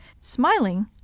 Smiling